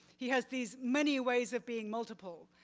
he has these many ways of being multiple.